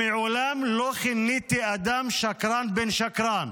וכיניתי אדם שקרן בן שקרן,